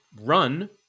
run